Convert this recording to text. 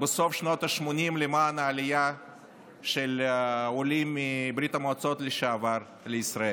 בסוף שנות השמונים למען העלייה של העולים מברית המועצות לשעבר לישראל.